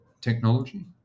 technology